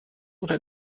oder